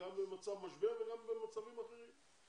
גם במצבי משבר וגם במצבים אחרים.